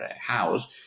house